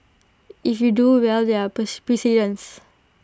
if you do well there are precedents